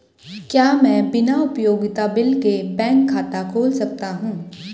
क्या मैं बिना उपयोगिता बिल के बैंक खाता खोल सकता हूँ?